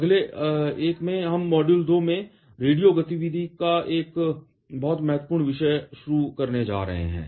अगले एक में हम मॉड्यूल 2 में रेडियो गतिविधि का बहुत महत्वपूर्ण विषय शुरू करने जा रहे हैं